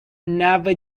never